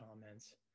comments